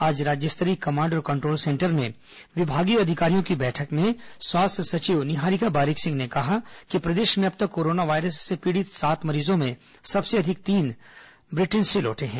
आज राज्य स्तरीय कमांड और कंट्रोल सेंटर में विभागीय अधिकारियों की बैठक में स्वास्थ्य सचिव निहारिका बारिक सिंह ने कहा कि प्रदेश में अब तक कोरोना वायरस से पीड़ित सात मरीजों में सबसे अधिक तीन मरीज ब्रिटेन से लौटे हैं